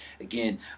again